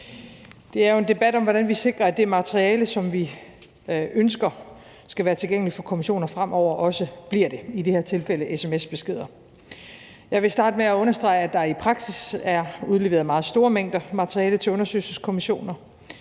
Det er jo en debat om, hvordan vi sikrer, at det materiale, som vi ønsker skal være tilgængeligt for kommissioner fremover, også bliver det – i det her tilfælde sms-beskeder. Jeg vil starte med at understrege, at der i praksis er udleveret meget store mængder materiale til undersøgelseskommissioner.